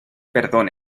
perdone